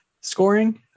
scoring